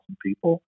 people